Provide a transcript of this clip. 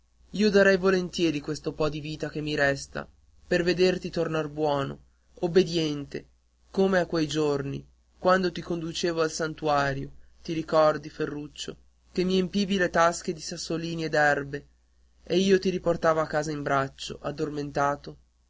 io darei volentieri questo po di vita che mi resta per vederti tornar buono obbediente come a quei giorni quando ti conducevo al santuario ti ricordi ferruccio che mi empivi le tasche di sassolini e d'erbe e io ti riportavo a casa in braccio addormentato